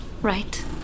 right